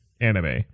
anime